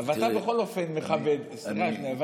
אבל אתה בכל אופן מכבד את הכנסת.